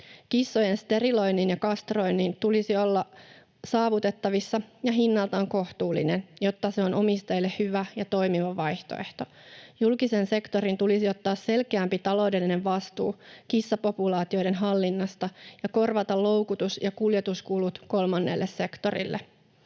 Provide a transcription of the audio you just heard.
Kissojen steriloinnin ja kastroinnin tulisi olla saavutettavissa ja hinnaltaan kohtuullinen, jotta se on omistajille hyvä ja toimiva vaihtoehto. Julkisen sektorin tulisi ottaa selkeämpi taloudellinen vastuu kissapopulaatioiden hallinnasta ja korvata kolmannelle sektorille